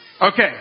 Okay